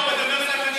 אדוני שר המשפטים.